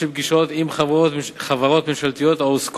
ב-2008 חייבה הממשלה התקנת תקנות בנושא